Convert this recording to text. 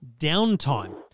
downtime